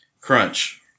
Crunch